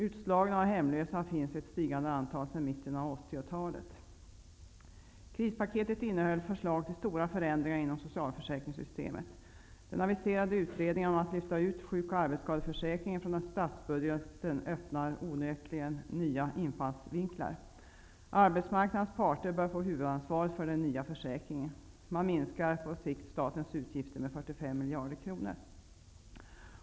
Utslagna och hemlösa har stigit i antal sedan mitten av 80-talet. De s.k. krispaketen innehöll förslag till stora förändringar inom socialförsäkringsystemet. Den aviserade utredningen om att lyfta ut sjuk och arbetsskadeförsäkringen från statsbudgeten öppnar onekligen nya infallsvinklar. Arbetsmarknadens parter bör få huvudansvaret för den nya försäkringen. Man minskar på sikt statens utgifter med 45 miljarder kronor.